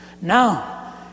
Now